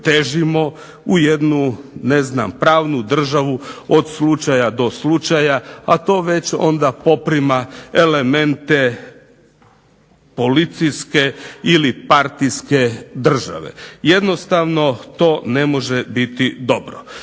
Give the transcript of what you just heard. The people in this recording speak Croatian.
u jedu ne znam pranu državu od slučaja do slučaja, a to već poprima elemente policijske ili partijske države. Jednostavno to ne može biti dobro.